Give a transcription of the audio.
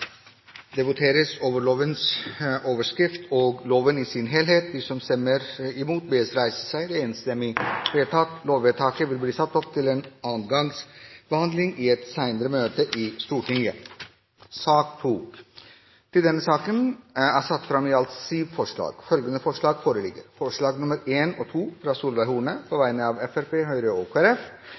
Det voteres over lovens overskrift og loven i sin helhet. Lovvedtaket vil bli ført opp til andre gangs behandling i et senere møte i Stortinget. Under debatten er det satt fram i alt sju forslag. Det er forslagene nr. 1 og 2, fra Solveig Horne på vegne av Fremskrittspartiet, Høyre og